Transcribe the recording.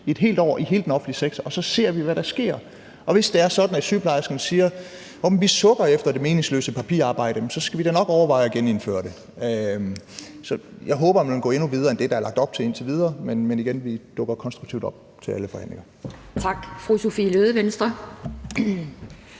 i et helt år i hele den offentlige sektor, og så ser vi, hvad der sker. Og hvis det er sådan, at sygeplejerskerne siger, at de sukker efter det meningsløse papirarbejde, så skal vi da nok overveje at genindføre det. Så jeg håber, at man vil gå endnu videre end det, der er lagt op til indtil videre, men igen vil jeg sige: Vi dukker konstruktivt op til alle forhandlinger. Kl. 17:34 Anden